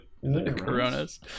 Coronas